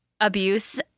abuse